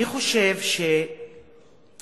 אני חושב שמוגבל